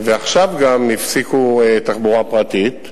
ועכשיו גם הפסיקו תחבורה פרטית,